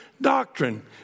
doctrine